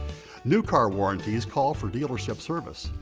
new car warranties call for dealership service,